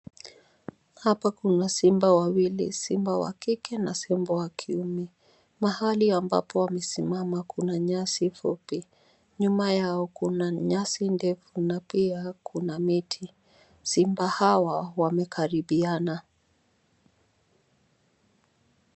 Hapa kuna simba wawili, simba wa kike na simba wa kiume. Mahali ambapo wamesimama kuna nyasi fupi, Nyuma yao kuna nyasi ndefu na pia kuna miti .Simba hawa wamekaribiana.